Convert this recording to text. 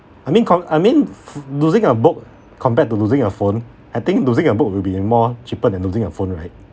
I mean com~ I mean ph~ losing a book compared to losing a phone I think losing a book will be in more cheaper than using a phone right